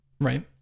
Right